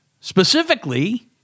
Specifically